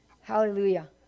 Hallelujah